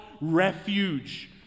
refuge